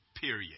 period